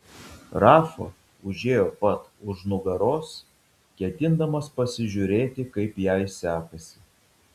rafa užėjo pat už nugaros ketindamas pasižiūrėti kaip jai sekasi